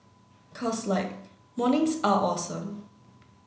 cause like mornings are awesome